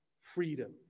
freedom